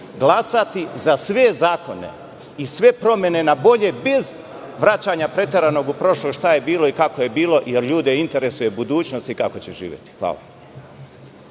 glasati za sve zakone i sve promene na bolje bez preteranog vraćanja u prošlost šta je bilo i kako je bilo jer ljude interesuje budućnost i kako će živeti. Hvala.